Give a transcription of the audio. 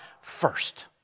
first